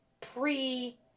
Pre